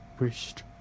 wished